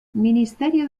ministerio